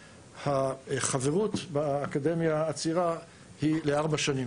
החברות באקדמיה הצעירה היא ל-4 שנים